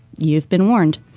you've been warned.